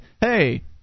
hey